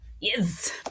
yes